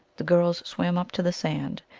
the girls swam up to the sand,